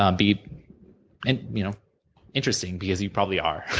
um be and you know interesting, because you probably are,